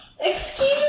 Excuse